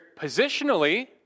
positionally